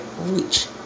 reach